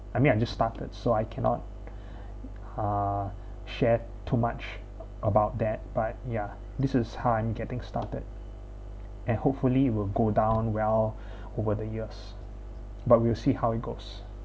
I mean I'm just started so I cannot uh share too much about that but ya this is how I'm getting started and hopefully will go down well over the years but we'll see how it goes